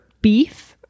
beef